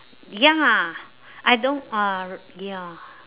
ya lah I don't ah ya